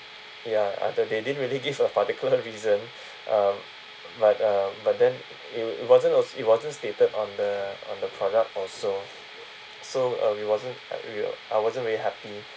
ya uh they didn't really give a particular reason um but uh but then it it wasn't it wasn't stated on the on the product also so uh we wasn't ya I wasn't very happy